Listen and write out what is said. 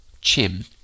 Chim